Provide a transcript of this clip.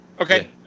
Okay